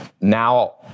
Now